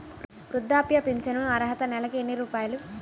వృద్ధాప్య ఫింఛను అర్హత నెలకి ఎన్ని రూపాయలు?